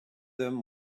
them